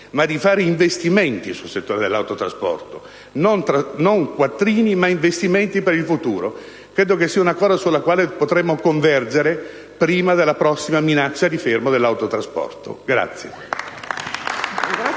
ma di fare investimenti nel settore dell'autotrasporto. Non quattrini, ma investimenti per il futuro: credo che questa sia una soluzione sulla quale potremmo convergere, prima della prossima minaccia di fermo dell'autotrasporto.